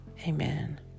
Amen